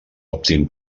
optin